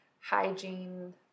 hygiene